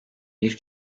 bir